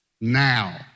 Now